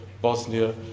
Bosnia